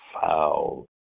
foul